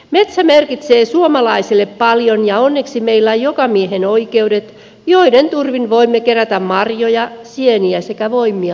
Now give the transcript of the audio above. metsä merkitsee suomalaiselle paljon ja onneksi meillä on jokamiehenoikeudet joiden turvin voimme kerätä marjoja sieniä sekä voimia itsellemme